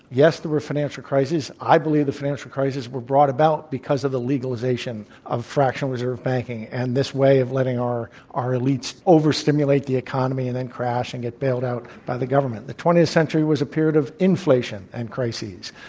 yes, there were financial crises. i believe the financial crises were brought about because of the legalization of fractional reserve banking and this way of letting our our elites and overstimulate the economy and then crash and get bailed out by the government. the twentieth century was a period of inflation and crises.